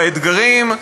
באתגרים.